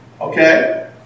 Okay